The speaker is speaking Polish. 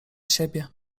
siebie